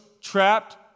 trapped